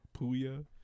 Puya